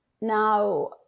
Now